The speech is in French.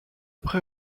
près